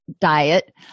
diet